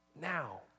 now